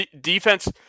defense